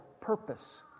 purpose